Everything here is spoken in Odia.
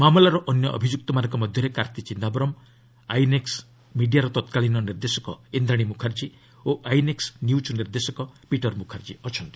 ମାମଲାର ଅନ୍ୟ ଅଭିଯୁକ୍ତମାନଙ୍କ ମଧ୍ୟରେ କାର୍ତ୍ତି ଚିଦାୟରମ ଆଇଏନ୍ଏକ୍ସ ମିଡିଆର ତତ୍କାଳୀନ ନିର୍ଦ୍ଦେଶକ ଇନ୍ଦ୍ରାଶୀ ମୁଖାର୍ଜୀ ଓ ଆଇଏନ୍ଏକ୍ସ ନ୍ୟୁଜ୍ ନିର୍ଦ୍ଦେଶକ ପିଟର ମୁଖାର୍ଜୀ ଅଛନ୍ତି